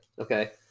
Okay